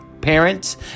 parents